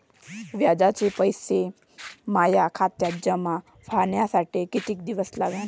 व्याजाचे पैसे माया खात्यात जमा व्हासाठी कितीक दिवस लागन?